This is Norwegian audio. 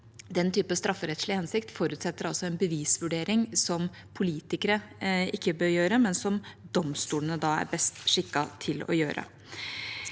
den type strafferettslig hensikt forutsetter en bevisvurdering som politikere ikke bør gjøre, men som domstolene er best skikket til å gjøre.